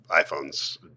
iPhones